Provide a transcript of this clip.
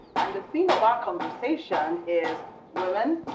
and the theme of our conversation is women,